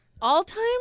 All-time